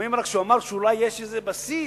שומעים רק שהוא אמר שאולי יש איזה בסיס,